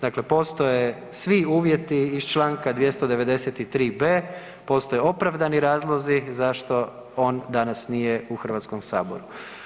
Dakle postoje svi uvjeti iz čl. 293.b, postoje opravdani razlozi zašto on danas nije u Hrvatskome saboru.